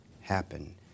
happen